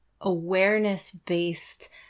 awareness-based